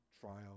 trial